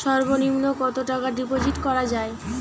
সর্ব নিম্ন কতটাকা ডিপোজিট করা য়ায়?